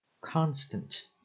Constant